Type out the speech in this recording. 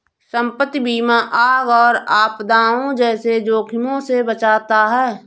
संपत्ति बीमा आग और आपदाओं जैसे जोखिमों से बचाता है